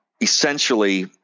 essentially